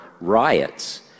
riots